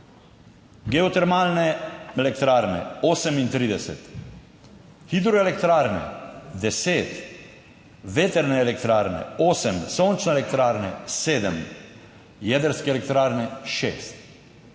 geotermalne elektrarne 38, hidroelektrarne 10, vetrne elektrarne 8, sončne elektrarne 7, jedrske elektrarne